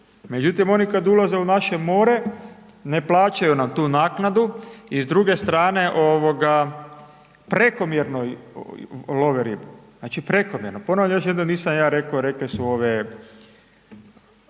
Međutim, oni kad ulaze u naše more ne plaćaju nam tu naknadu i s druge strane ovoga prekomjerno love ribu, znači prekomjerno ponavljam još jednom nisam ja reko, rekle su ove